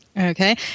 Okay